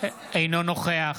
אינו נוכח